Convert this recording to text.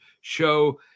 show